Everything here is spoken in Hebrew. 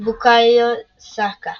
בוקאיו סאקה,